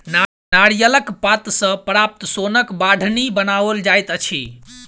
नारियलक पात सॅ प्राप्त सोनक बाढ़नि बनाओल जाइत अछि